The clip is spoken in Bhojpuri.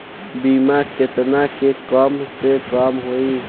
बीमा केतना के कम से कम होई?